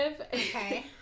Okay